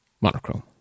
monochrome